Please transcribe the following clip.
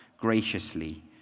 graciously